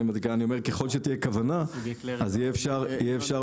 אני אומר ככל שתהיה כוונה אז יהיה אפשר